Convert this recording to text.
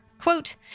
quote